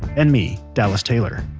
and me, dallas taylor,